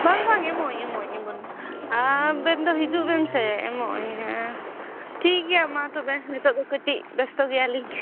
ᱵᱟᱝ ᱵᱟᱝ ᱮᱢᱚᱜ ᱟᱹᱧ ᱮᱢᱚᱜ ᱟᱹᱧ ᱮᱢᱚᱜ ᱟᱹᱧ ᱟᱵᱮᱱ ᱫᱚ ᱦᱤᱡᱩᱜ ᱵᱮᱱ ᱥᱮ ᱮᱢᱚᱜ ᱟᱹᱧ ᱦᱮᱸ ᱴᱷᱤᱠ ᱜᱮᱭᱟ ᱢᱟ ᱛᱚᱵᱮ ᱱᱤᱛᱚᱜ ᱫᱚ ᱠᱟᱹᱴᱤᱡ ᱵᱮᱥᱛᱚ ᱜᱮᱭᱟᱞᱤᱧ